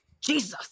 Jesus